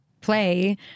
play